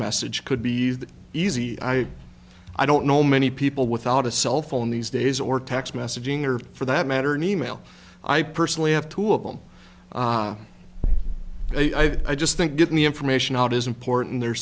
message could be that easy i i don't know many people without a cell phone these days or text messaging or for that matter an email i personally have two of them i just think give me information out is important the